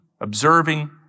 observing